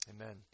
amen